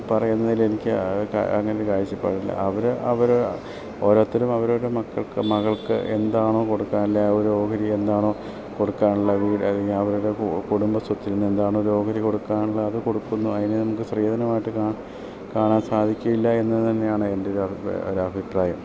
പറയുന്നതിൽ എനിക്ക് അങ്ങനെ ഒരു കാഴ്ചപ്പാടില്ല അവർ അവർ ഓരോരുത്തരും അവർ അവരുടെ മക്കൾക്ക് മകൾക്ക് എന്താണോ കൊടുക്കാനുള്ളത് ആ ഒരു ഓഹരി എന്താണോ കൊടുക്കാനുള്ള വീട് അല്ലെങ്കിൽ അവരുടെ കുടുംബ സ്വത്തിൽ നിന്ന് എന്താണോ ഒരു ഓഹരി കൊടുക്കാനുള്ള അത് കൊടുക്കുന്നു അതിന് നമുക്ക് സ്ത്രീധനമായിട്ട് കാണാൻ കാണാൻ സാധിക്കയില്ല എന്ന് തന്നെയാണ് എൻ്റെ ഒരു അഭിപ്രായം ഒരു അഭിപ്രായം